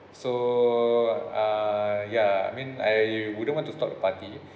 so uh ya I mean I wouldn't want to stop the party